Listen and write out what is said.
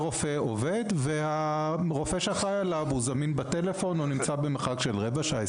הרופא עובד והרופא שאחראי עליו זמין בטלפון או נמצא במרחק של רבע שעה,